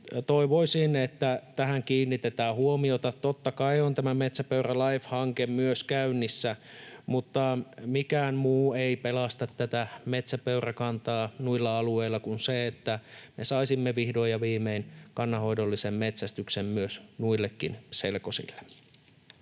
toivoisin, että tähän kiinnitetään huomiota. Totta kai on tämä MetsäpeuraLIFE‑hanke myös käynnissä, mutta mikään muu ei pelasta tätä metsäpeurakantaa noilla alueilla kuin se, että me saisimme vihdoin ja viimein kannanhoidollisen metsästyksen myös noille selkosille.